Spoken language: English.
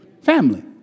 Family